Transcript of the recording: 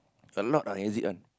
a lot of exit one